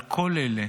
על כל אלה,